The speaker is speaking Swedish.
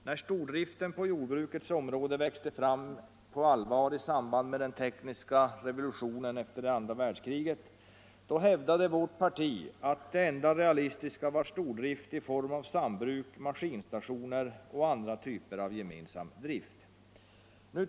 När stordriften på jordbrukets område växte fram på allvar i samband med den tekniska revolutionen efter andra världskriget, då hävdade vårt parti att det enda realistiska var stordrift i form av sambruk, maskinstationer och andra typer av gemensam drift.